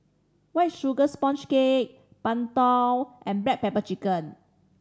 White Sugar Sponge Cake Png Tao and black pepper chicken